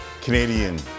Canadian